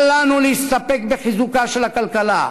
אל לנו להסתפק בחיזוק הכלכלה,